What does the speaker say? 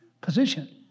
position